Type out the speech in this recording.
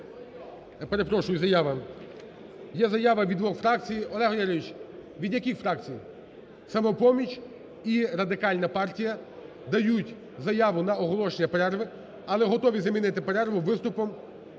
Є заява від двох фракцій. Олег Валерійович, від яких фракцій? "Самопоміч" і Радикальна партія дають заяву на оголошення перерви, але готові замінити перерву виступом.